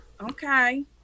Okay